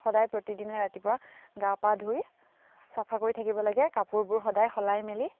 সদায় প্ৰতিদিনে ৰাতিপুৱা গা পা ধুই চাফা কৰি থাকিব লাগে কাপোৰবোৰ সদায় সলাই মেলি